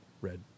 red